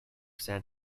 san